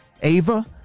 Ava